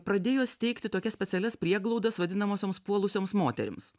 pradėjo steigti tokias specialias prieglaudas vadinamosioms puolusioms moterims